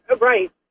Right